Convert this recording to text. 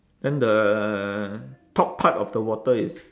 then the top part of the water is